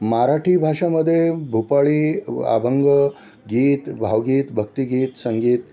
मराठी भाषामध्ये भुपाळी अभंग गीत भावगीत भक्तिगीत संगीत